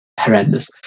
horrendous